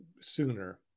sooner